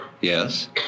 Yes